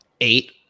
eight